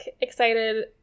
excited